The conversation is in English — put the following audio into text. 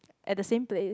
at the same place